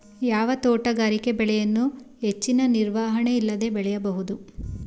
ಯಾವ ತೋಟಗಾರಿಕೆ ಬೆಳೆಯನ್ನು ಹೆಚ್ಚಿನ ನಿರ್ವಹಣೆ ಇಲ್ಲದೆ ಬೆಳೆಯಬಹುದು?